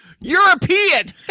European